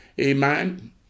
amen